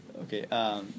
Okay